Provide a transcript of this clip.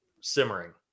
Simmering